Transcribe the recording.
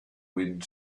wind